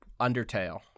Undertale